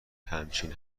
همچین